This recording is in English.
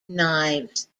knives